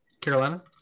Carolina